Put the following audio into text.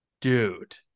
Dude